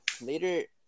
Later